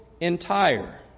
entire